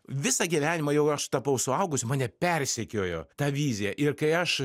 visą gyvenimą jau aš tapau suaugusiu mane persekiojo ta vizija ir kai aš